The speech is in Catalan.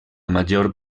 major